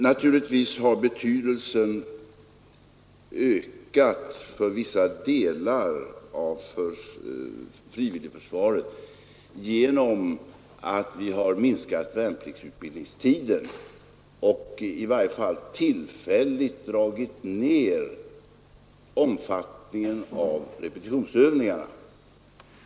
Naturlivtvis har betydelsen ökat för vissa delar av frivilligförsvaret genom att vi har minskat värnpliktsutbildningstiden och i varje fall tillfälligt dragit ner omfattningen av repetitionsövningarna.